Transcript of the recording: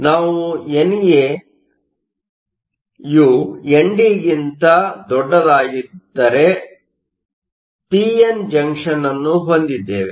ಆದ್ದರಿಂದ ನಾವು NAND ಯೊಂದಿಗೆ ಪಿ ಎನ್ ಜಂಕ್ಷನ್ ಅನ್ನು ಹೊಂದಿದ್ದೇವೆ